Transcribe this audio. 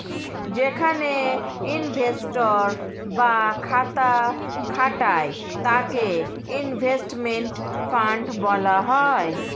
যেখানে ইনভেস্টর রা টাকা খাটায় তাকে ইনভেস্টমেন্ট ফান্ড বলা হয়